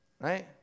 right